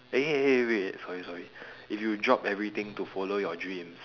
eh eh wait sorry sorry if you drop everything to follow your dreams